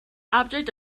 object